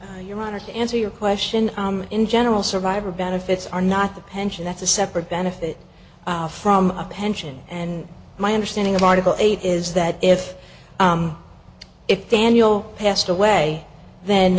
revoke your honor to answer your question in general survivor benefits are not the pension that's a separate benefit from a pension and my understanding of article eight is that if it daniel passed away then